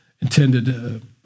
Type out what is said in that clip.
intended